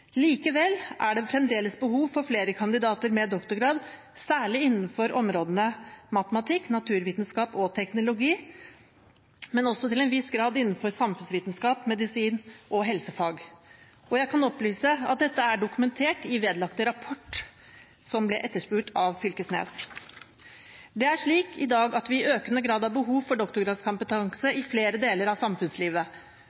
Likevel er det fremdeles behov for flere kandidater med doktorgrad, særlig innenfor områdene matematikk, naturvitenskap og teknologi, men også til en viss grad innenfor samfunnsvitenskap, medisin og helsefag. Jeg kan opplyse om at dette er dokumentert i nevnte rapport, som ble etterspurt av Fylkesnes. Det er slik i dag at vi i økende grad har behov for doktorgradskompetanse